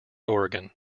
oregon